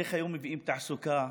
איך מביאים היום תעסוקה,